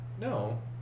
No